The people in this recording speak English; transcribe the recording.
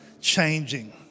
changing